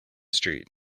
street